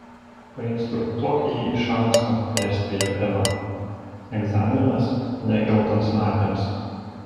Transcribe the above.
painstruktuok jį iš anksto perspėjo eva egzaminas ne geltonsnapiams